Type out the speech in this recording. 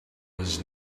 was